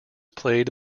played